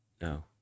No